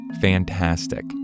...fantastic